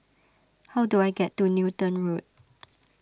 how do I get to Newton Road